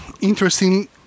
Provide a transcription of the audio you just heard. interesting